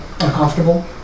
Uncomfortable